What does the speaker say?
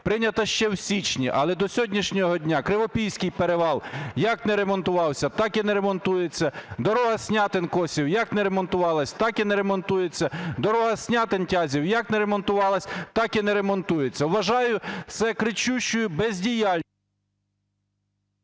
прийнята ще в січні. Але до сьогоднішнього дня Кривопільський перевал як не ремонтувався, так і не ремонтується. Дорога Снятин-Косів як не ремонтувалася, так і не ремонтується. Дорога Снятин-Тязів як не ремонтувалася, так і не ремонтується. Вважаю це кричущою бездіяльністю…